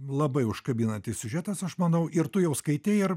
labai užkabinantis siužetas aš manau ir tu jau skaitei ar